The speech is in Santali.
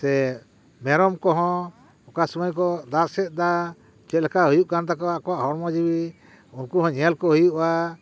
ᱥᱮ ᱢᱮᱨᱚᱢ ᱠᱚᱦᱚᱸ ᱚᱠᱟ ᱥᱳᱢᱳᱭ ᱠᱚ ᱫᱟᱜ ᱥᱮᱫ ᱮᱫᱟ ᱪᱮᱫ ᱞᱮᱠᱟ ᱦᱩᱭᱩᱜ ᱠᱟᱱ ᱛᱟᱠᱚᱣᱟ ᱟᱠᱚᱣᱟᱜ ᱦᱚᱲᱢᱚ ᱡᱤᱣᱤ ᱩᱱᱠᱩ ᱦᱚᱸ ᱧᱮᱞ ᱠᱚ ᱦᱩᱭᱩᱜᱼᱟ